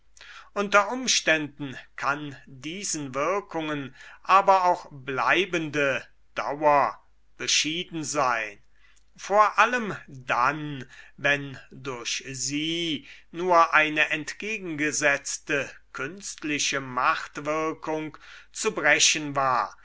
unter umständen kann diesen wirkungen aber auch bleibende dauer beschieden sein vor allem dann wenn durch sie nur eine entgegengesetzte künstliche machtwirkung zu brechen war